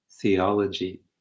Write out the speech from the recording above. Theology